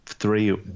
Three